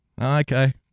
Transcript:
Okay